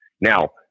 Now